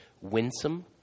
winsome